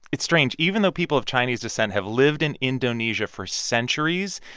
it's strange. even though people of chinese descent have lived in indonesia for centuries,